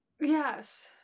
Yes